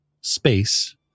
space